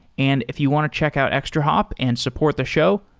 and if you want to check out extrahop and support the show,